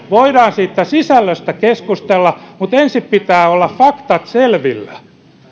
voidaan siitä sisällöstä keskustella mutta ensin pitää olla faktojen selvillä